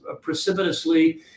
precipitously